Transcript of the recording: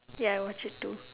ya I watch it too